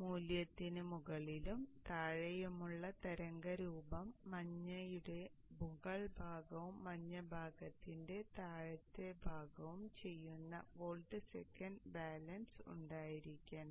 മൂല്യത്തിന് മുകളിലും താഴെയുമുള്ള തരംഗരൂപം മഞ്ഞയുടെ മുകൾ ഭാഗവും മഞ്ഞ ഭാഗത്തിന്റെ താഴത്തെ ഭാഗവും ചെയ്യുന്ന വോൾട്ട് സെക്കൻഡ് ബാലൻസ് ഉണ്ടായിരിക്കണം